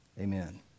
amen